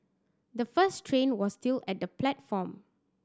the first train was still at the platform